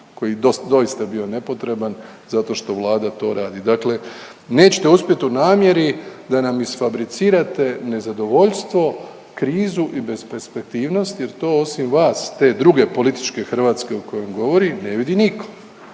koji je doista bio nepotreban zato što Vlada to radi. Dakle nećete uspjeti u namjeri da nam isfabricirate nezadovoljstvo, krizu i besperspektivnost jer to osim vas, te druge političke Hrvatske o kojoj govori ne vidi nitko